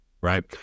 right